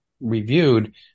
reviewed